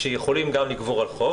שיכולים גם לגבור על חוק.